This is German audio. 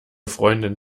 freundin